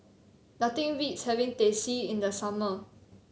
nothing beats having Teh C in the summer